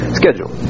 schedule